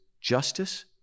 justice